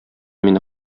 мине